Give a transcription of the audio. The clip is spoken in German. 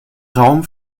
raum